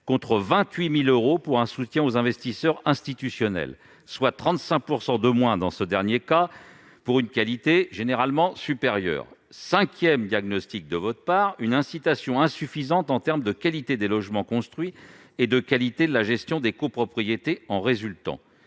contre 28 000 euros pour un soutien aux investisseurs institutionnels, soit 35 % de moins dans ce dernier cas, pour une qualité généralement supérieure. Cinquièmement, une incitation insuffisante en termes de qualité des logements construits et de qualité de la gestion des copropriétés en résultant.